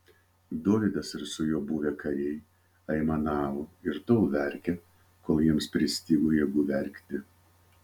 dovydas ir su juo buvę kariai aimanavo ir tol verkė kol jiems pristigo jėgų verkti